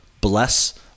bless